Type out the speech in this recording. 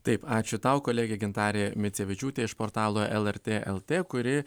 taip ačiū tau kolegė gintarė micevičiūtė iš portalo lrt lt kuri